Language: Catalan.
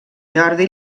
jordi